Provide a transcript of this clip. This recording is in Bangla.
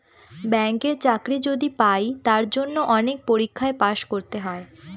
ব্যাঙ্কের চাকরি যদি পাই তার জন্য অনেক পরীক্ষায় পাস করতে হয়